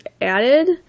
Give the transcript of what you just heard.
added